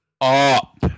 up